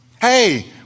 hey